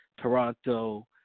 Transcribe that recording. Toronto